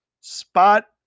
spot